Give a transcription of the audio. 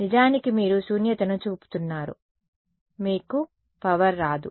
నిజానికి మీరు శూన్యతను చూపుతున్నారు మీకు పవర్ రాదు